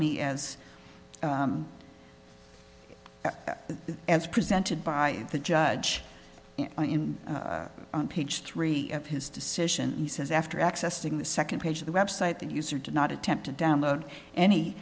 me as as presented by the judge on page three of his decision he says after accessing the second page of the website that user did not attempt to download any